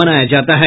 मनाया जाता है